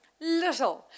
Little